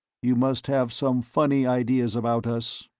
you must have some funny ideas about us,